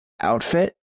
Outfit